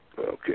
Okay